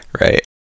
right